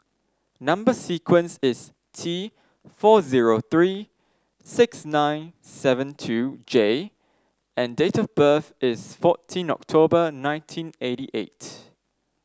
number sequence is T four zero three six nine seven two J and date of birth is fourteen October nineteen eighty eight